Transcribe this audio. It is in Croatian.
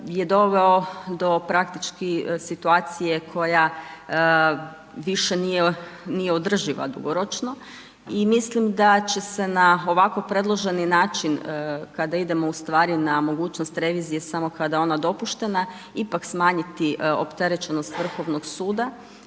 je doveo do praktički situacije koja više nije održiva dugoročno i mislim da će se na ovako predloženi način kada idemo ustvari na mogućnost revizije samo kada je ona dopuštena ipak smanjiti opterećenost Vrhovnog suda